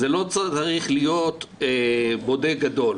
לא צריך להיות בודק גדול.